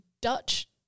Dutch